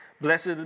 Blessed